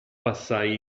passai